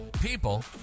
people